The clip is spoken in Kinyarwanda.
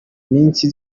iminsi